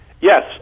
Yes